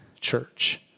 church